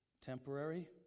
Temporary